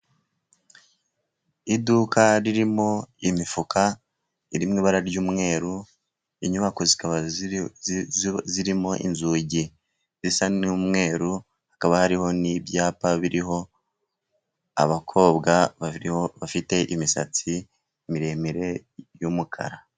Iduka ririmo imifuka iri mu ibara ry'umweru, inyubako zikaba zirimo inzugi zisa n'umweru, hakaba hariho n'ibyapa biriho abakobwa babiri bafite imisatsi miremire y'umukara.